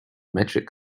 metric